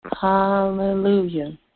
Hallelujah